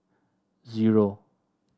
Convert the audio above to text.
zero